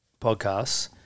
podcasts